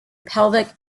pelvic